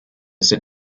sit